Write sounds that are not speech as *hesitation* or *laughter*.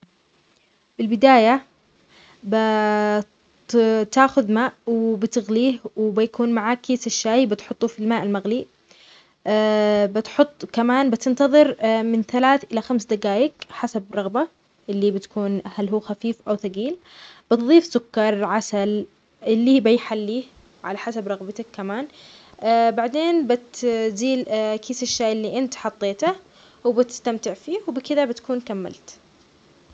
في البدأية *hesitation* تأخذ ماء وتغليه وبيكون معاك كيس الشاي بتحطه في الماء المغلي *hesitation* تنتظر من ثلاث إلى خمس دقائق حسب رغبة إللي بتكون هل هو خفيف أو ثقيل؟ بتظيف سكر أو العسل إللي بيحليه على حسب رغبتك كمان بعدين بتزيل كيس الشاي إللي أنت حطيته وبستمتع فيه وبكذا بتكون كملت.